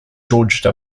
george